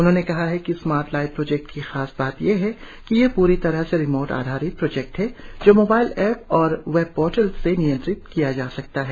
उन्होंने कहा है कि स्मार्ट लाइट प्रोजेक्ट की खास बात यह है कि यह प्री तरह से रिमोट आधारित प्रोजेक्ट है जो मोबाइल ऐप से और वेबपोर्टल से नियंत्रित होता है